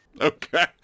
Okay